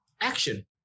action